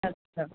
ਅੱਛਾ